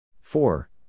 Four